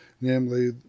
namely